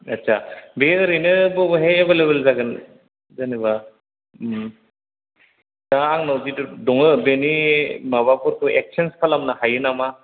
आदसा बे ओरैनो बबेहाय एभाइलएबोल जागोन जेनेबा दा आंनाव गिदिर दङ बेनि माबाफोरखौ एकचेन्सस खालामनो हायो नामा